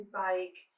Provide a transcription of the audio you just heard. bike